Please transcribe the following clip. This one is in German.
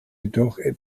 jedoch